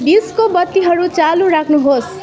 disco बत्तीहरू चालु राख्नुहोस्